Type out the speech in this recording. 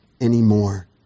anymore